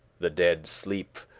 the deade sleep,